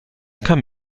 kam